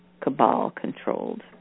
Cabal-controlled